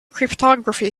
cryptography